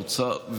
האוצר,